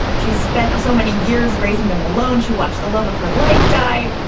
she's spent so many years raising them alone. she watched the love of her life die.